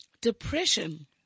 Depression